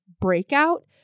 breakout